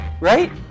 Right